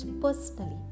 personally